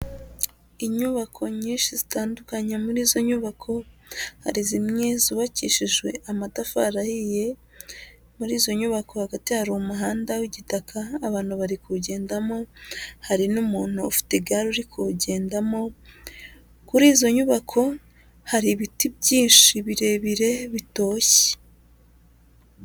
Inyubako nyinshi zitandukanye, muri izo nyubako hari zimwe zubakishijwe amatafari ahiye, muri izo nyubako hagati hari umuhanda w'igitaka abantu bari kuwugendamo, hari n'umuntu ufite igare uri kuwugendamo, kuri izo nyubako hari ibiti byinshi birebire bitoshye.